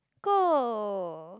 go